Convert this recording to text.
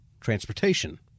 Transportation